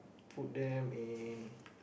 put them in